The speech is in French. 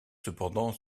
cependant